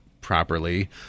properly